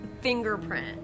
fingerprint